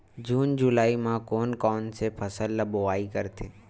जून जुलाई म कोन कौन से फसल ल बोआई करथे?